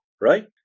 right